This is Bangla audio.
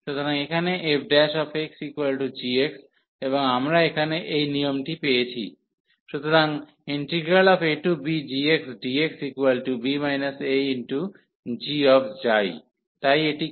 সুতরাং এখানে fxg এবং আমরা এখানে এই নিয়মটি পেয়েছি সুতরাং abgxdxb agξ তাই এটি কী এখানে এর মানে কি